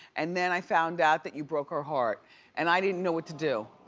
and then i found out that you broke her heart and i didn't know what to do.